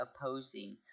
opposing